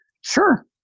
Sure